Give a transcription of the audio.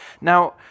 Now